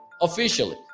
officially